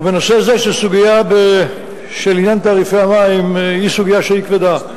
ונושא זה, סוגיית תעריפי המים היא סוגיה כבדה.